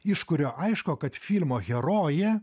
iš kurio aišku kad filmo herojė